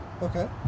Okay